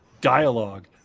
dialogue